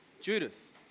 Judas